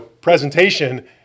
presentation